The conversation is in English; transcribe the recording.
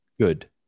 good